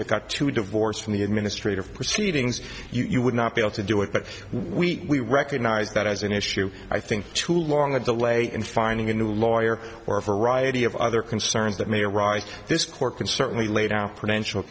forgot to divorce from the administrative proceedings you would not be able to do it but we recognize that as an issue i think too long a delay in finding a new lawyer or a variety of other concerns that may arise this court can certainly laid out potential